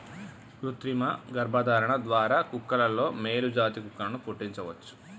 కృతిమ గర్భధారణ ద్వారా కుక్కలలో మేలు జాతి కుక్కలను పుట్టించవచ్చు